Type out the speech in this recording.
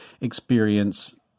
experience